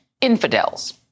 infidels